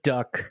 Duck